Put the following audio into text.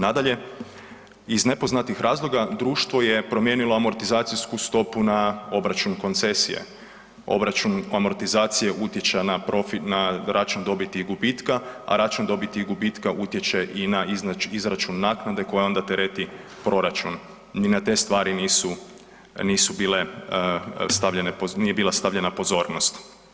Nadalje, iz nepoznatih razloga društvo je promijenilo amortizacijsku stopu na obračun koncesije, obračun amortizacije utječe na račun dobiti i gubitka, a račun dobiti i gubitka utječe i na izračun naknade koja onda tereti proračun, ni na te stvari nisu bila stavljena pozornost.